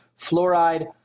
fluoride